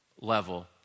level